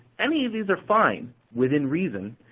any of these are fine within reason,